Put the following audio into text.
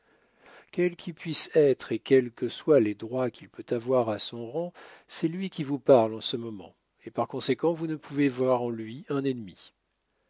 quel qu'il puisse être et quels que soient les droits qu'il peut avoir à son rang c'est lui qui vous parle en ce moment et par conséquent vous ne pouvez voir en lui un ennemi